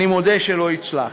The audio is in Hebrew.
ואני מודה שלא הצלחתי.